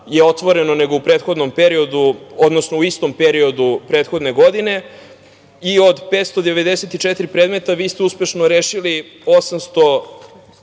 je otvoreno nego u prethodnom periodu, odnosno u istom periodu prethodne godine, i od 594 predmeta vi ste uspešno rešili 485